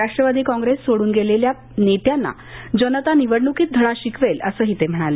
राष्ट्रवादी काँग्रेस सोडून गेलेल्या नेत्यांना जनता निवडणुकीत धडा शिकवेल असंही ते म्हणाले